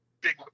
big